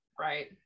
Right